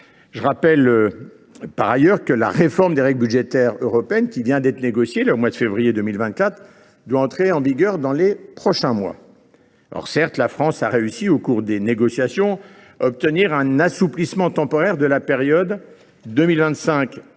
Je rappelle, par ailleurs, que la réforme des règles budgétaires européennes qui vient d’être négociée en février 2024 doit entrer en vigueur dans les prochains mois. Certes, la France a réussi, au cours des négociations, à obtenir un assouplissement temporaire pour la période 2025 2027,